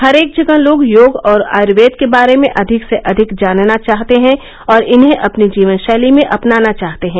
हरेक जगह लोग योग और आयर्वद के बारे में अधिक से अधिक जानना चाहते हैं और इन्हें अपनी जीवन शैली में अपनाना चाहते हैं